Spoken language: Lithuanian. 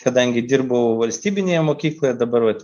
kadangi dirbau valstybinėje mokykloje dabar vat